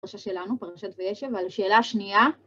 פרשת שלנו, פרשת וישב, על שאלה שנייה.